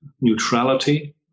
neutrality